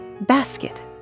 basket